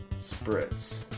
Spritz